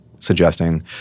Suggesting